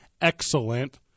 excellent